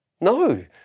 No